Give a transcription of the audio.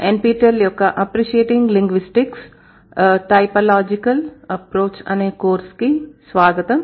N P tell యొక్క "appreciating linguistics a typological approach" అనే course కి స్వాగతం